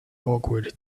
awkward